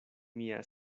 mia